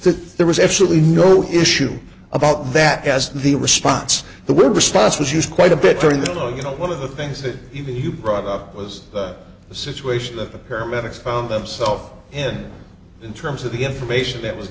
that there was absolutely no issue about that as the response the word response was used quite a bit during the you know one of the things that you brought up was the situation that the paramedics themselves in in terms of the information that was